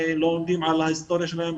לא לומדים על ההיסטוריה שלהם,